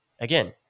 Again